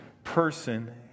person